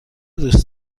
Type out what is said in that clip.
دوست